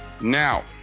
now